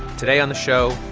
today on the show,